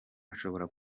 ashobora